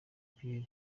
pierre